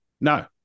No